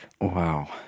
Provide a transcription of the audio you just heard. Wow